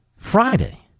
Friday